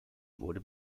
wurde